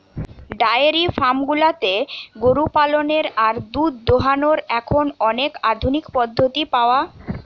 diary farm গুলাতে গরু পালনের আর দুধ দোহানোর এখন অনেক আধুনিক পদ্ধতি পাওয়া যতিছে